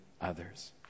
others